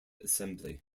assembly